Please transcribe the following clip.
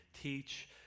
teach